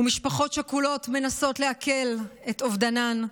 ומשפחות שכולות מנסות להקל את אובדנן,